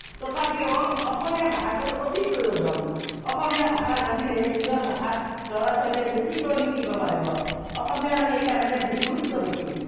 তথাপিও অসমীয়া ভাষাটোৰ অতি প্ৰয়োজন অসমীয়া ভাষা জানিলে নিজৰ ভাষাত ল'ৰা ছোৱালীয়ে বেছিকৈ শিকিব পাৰিব অসমীয়াৰ সেইকাৰণে গুৰুত্ব বেছি